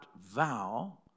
vow